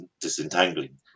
disentangling